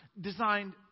designed